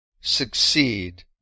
succeed